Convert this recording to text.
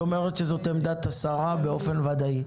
היא אומרת שזאת עמדת השרה באופן ודאי,